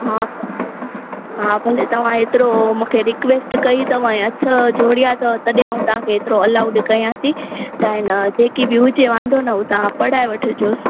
हा त हा भले तव्हां हेतिरो मूंखे रिक्वेस्ट कई अथव ऐं हथु जोड़िया अथव तॾहिं आउं तव्हांखे हेतिरो अलाउड कया थी त आहे न जेकी बि हुजे वांधो न हू तव्हां पढ़ाए वठजोसि